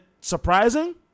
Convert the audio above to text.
surprising